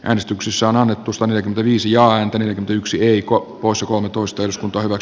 äänestyksissä on annettu stone keviisi ja yksi viikko kuusi kolmetoista toivat